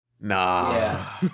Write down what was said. Nah